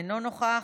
אינו נוכח.